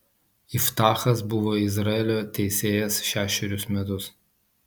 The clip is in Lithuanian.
iftachas buvo izraelio teisėjas šešerius metus